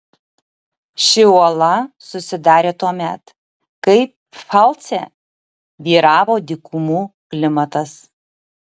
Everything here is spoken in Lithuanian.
ši uola susidarė tuomet kai pfalce vyravo dykumų klimatas